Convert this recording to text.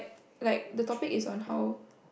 like the topic is on how